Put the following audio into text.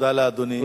תודה לאדוני.